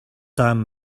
damn